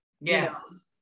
Yes